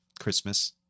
Christmas